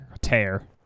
Tear